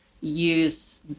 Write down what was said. use